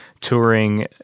touring